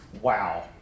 wow